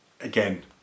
again